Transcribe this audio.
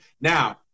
Now